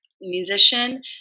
musician